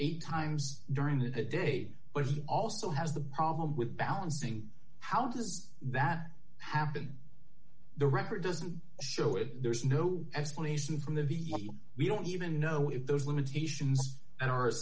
eight times during the day but he also has the problem with balancing how does that happen the record doesn't show it there's no explanation from the vehicle we don't even know if those limitations and are